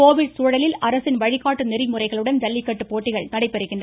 Covid சூழலில் அரசின் வழிகாட்டு நெறிமுறைகளுடன் ஜல்லிக்கட்டு நடைபெறுகிறது